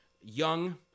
young